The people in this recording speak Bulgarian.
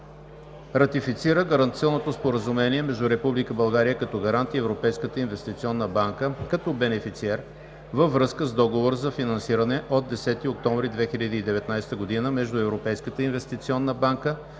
Ратифицира Гаранционното споразумение между Република България, като Гарант, и Европейската инвестиционна банка, като Бенефициер, във връзка с Договор за финансиране от 10 октомври 2019 г. между Европейската инвестиционна банка